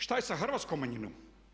Što je sa hrvatskom manjinom?